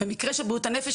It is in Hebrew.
במקרה של בריאות הנפש,